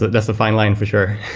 that's a fine line for sure.